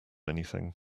anything